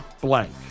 blank